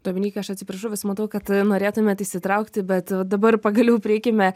dominykai aš atsiprašau vis matau kad norėtumėt įsitraukti bet va dabar pagaliau prieikime